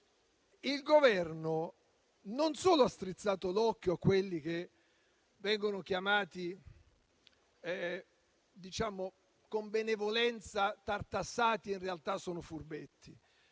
al Governo - il Governo ha strizzato l'occhio a quelli che vengono chiamati con benevolenza "tartassati", che ma in realtà sono furbetti.